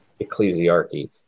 ecclesiarchy